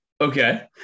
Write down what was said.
Okay